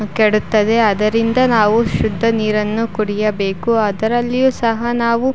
ಕೆಡುತ್ತದೆ ಆದ್ದರಿಂದ ನಾವು ಶುದ್ಧ ನೀರನ್ನು ಕುಡಿಯಬೇಕು ಅದರಲ್ಲಿಯೂ ಸಹ ನಾವು